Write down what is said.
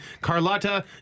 Carlotta